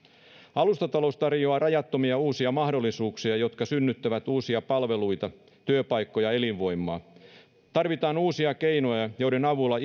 alustatalous tarjoaa rajattomia uusia mahdollisuuksia jotka synnyttävät uusia palveluita työpaikkoja ja elinvoimaa tarvitaan uusia keinoja joiden avulla